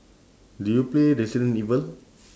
do you play resident evil